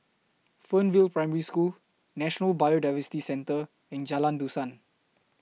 Fernvale Primary School National Biodiversity Centre and Jalan Dusan